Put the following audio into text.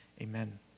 amen